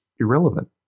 irrelevant